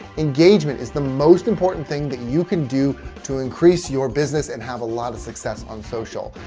engagement is the most important thing that you can do to increase your business and have a lot of success on social.